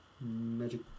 Magic